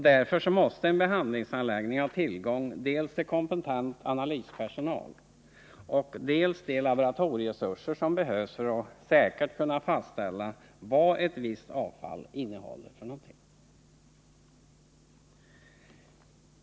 Därför måste en behandlingsanläggning ha tillgång till dels kompetent analyspersonal, dels de laboratorieresurser som behövs för att säkert kunna fastställa vad ett visst avfall innehåller.